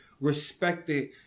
respected